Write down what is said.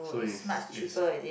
so is is